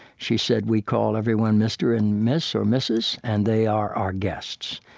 she said, we call everyone mr. and miss or mrs, and they are our guests.